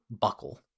buckle